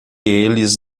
eles